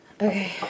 Okay